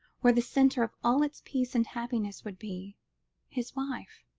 where the centre of all its peace and happiness would be his wife.